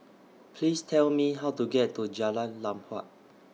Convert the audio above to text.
Please Tell Me How to get to Jalan Lam Huat